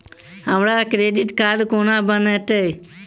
हमरा credit card कोना बनतै?